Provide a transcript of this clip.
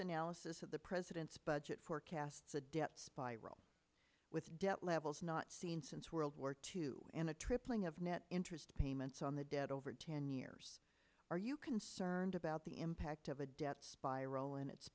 analysis of the president's budget forecasts a debt spiral with debt levels not seen since world war two and a tripling of net interest payments on the debt over ten years are you concerned about the impact of a death spiral and its